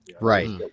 Right